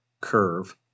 curve